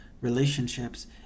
relationships